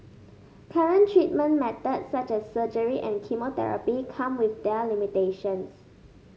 current treatment methods such as surgery and chemotherapy come with their limitations